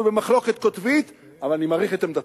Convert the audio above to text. אנחנו במחלוקת קוטבית, אבל אני מעריך את עמדתך,